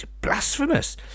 blasphemous